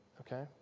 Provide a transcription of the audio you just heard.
okay